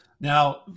Now